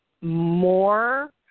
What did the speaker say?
more